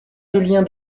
julien